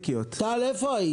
טל, איפה היית?